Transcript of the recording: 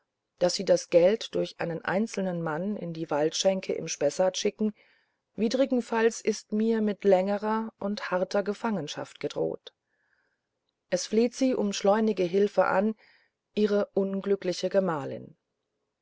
daß sie das geld durch einen einzelnen mann in die waldschenke im spessart schicken widrigenfalls ist mir mit längerer und harter gefangenschaft gedroht es fleht sie um schleunige hilfe an ihre unglückliche gemahlin